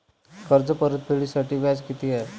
कर्ज परतफेडीसाठी व्याज किती आहे?